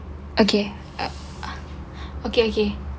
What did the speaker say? okay ah okay okay